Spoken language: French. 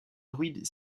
druides